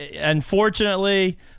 unfortunately